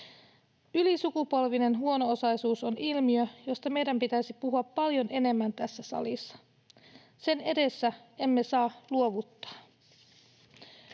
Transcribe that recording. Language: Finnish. Ylisukupolvinen huono-osaisuus on ilmiö, josta meidän pitäisi puhua paljon enemmän tässä salissa. Sen edessä emme saa luovuttaa.